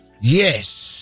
Yes